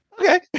okay